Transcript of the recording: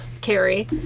carrie